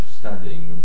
studying